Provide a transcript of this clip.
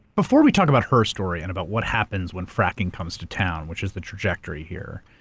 before we talk about her story and about what happens when fracking comes to town, which is the trajectory here,